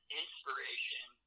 inspiration